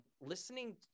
listening